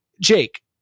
jake